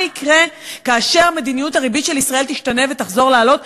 מה יקרה כאשר מדיניות הריבית של ישראל תשתנה והיא תחזור לעלות,